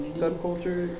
subculture